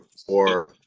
for